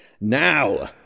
Now